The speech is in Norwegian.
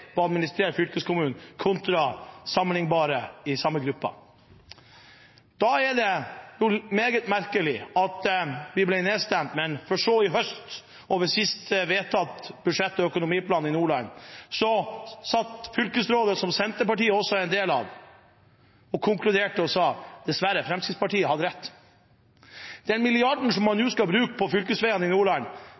på å administrere fylkeskommunen enn sammenlignbare i samme gruppe. Da er det meget merkelig at vi ble nedstemt, for i høst, med den sist vedtatte budsjett- og økonomiplanen i Nordland, konkluderte fylkesrådet, som Senterpartiet også er en del av, og sa: «Dessverre, Fremskrittspartiet hadde rett.» Den milliarden som man nå skal bruke på fylkesveiene i Nordland,